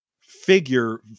figure